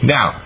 Now